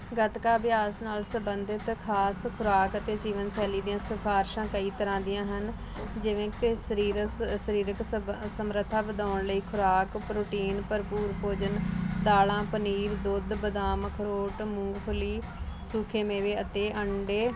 ਗਤਕਾ ਅਭਿਆਸ ਨਾਲ ਸੰਬੰਧਿਤ ਖਾਸ ਖੁਰਾਕ ਅਤੇ ਜੀਵਨ ਸ਼ੈਲੀ ਦੀਆਂ ਸਿਫਾਰਸ਼ਾਂ ਕਈ ਤਰ੍ਹਾਂ ਦੀਆਂ ਹਨ ਜਿਵੇਂ ਕਿ ਸਰੀਸ ਸਰੀਰਕ ਸਮ ਸਮਰੱਥਾ ਵਧਾਉਣ ਲਈ ਖੁਰਾਕ ਪ੍ਰੋਟੀਨ ਭਰਪੂਰ ਭੋਜਨ ਦਾਲਾਂ ਪਨੀਰ ਦੁੱਧ ਬਦਾਮ ਅਖਰੋਟ ਮੂੰਗਫਲੀ ਸੁੱਕੇ ਮੇਵੇ ਅਤੇ ਅੰਡੇ